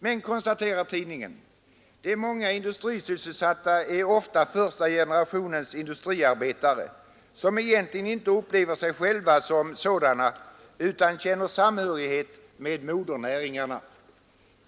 ”Men”, konstaterar tidningen, ”de många industrisysselsatta är ofta första generationens industriarbetare som egentligen inte upplever sig själva som sådana utan känner samhörighet med modernäringarna.